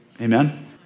amen